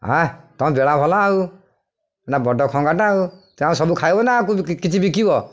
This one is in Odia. ହଁ ତମ ବେଳା ଭଲ ଆଉ ନା ବଡ଼ ଖଙ୍ଗାଟା ଆଉ ତମେ ସବୁ ଖାଇବ ନା ଆକୁ କିଛି ବିକିବ